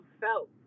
felt